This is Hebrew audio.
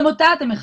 גם אותה אתם מכבים.